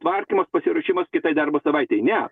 tvarkymas pasiruošimas kitai darbo savaitei ne